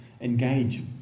Engage